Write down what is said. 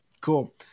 Cool